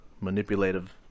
manipulative